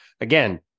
again